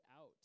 out